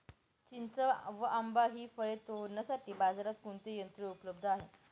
चिंच व आंबा हि फळे तोडण्यासाठी बाजारात कोणते यंत्र उपलब्ध आहे?